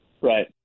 Right